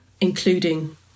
including